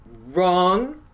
wrong